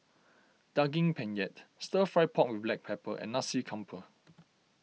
Daging Penyet Stir Fry Pork with Black Pepper and Nasi Campur